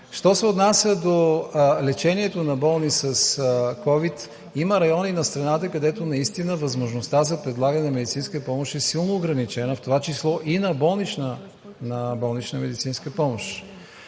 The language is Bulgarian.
Що се отнася до лечението на болни с ковид, има райони на страната, където наистина възможността за предлагане на медицинска помощ е силно ограничена, в това число и на болнична медицинска помощ.